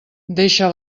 deixa